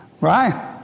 right